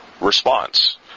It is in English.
response